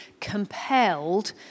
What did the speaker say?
compelled